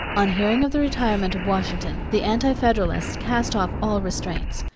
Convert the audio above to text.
on hearing of the retirement of washington, the anti-federalists cast off all restraints.